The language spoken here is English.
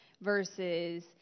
versus